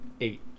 Eight